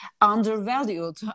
undervalued